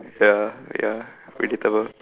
ya ya predictable